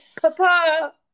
papa